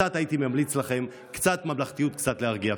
הייתי ממליץ לכם, קצת ממלכתיות, קצת להרגיע.